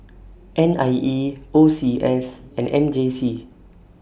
N I E O C S and M J C